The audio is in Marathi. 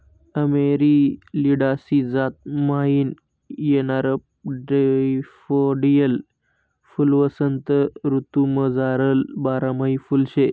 अमेरिलिडासी जात म्हाईन येणारं डैफोडील फुल्वसंत ऋतूमझारलं बारमाही फुल शे